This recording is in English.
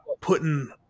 putting